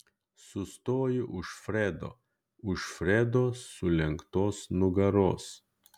sustoju už fredo už fredo sulenktos nugaros